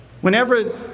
whenever